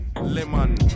Lemon